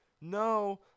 No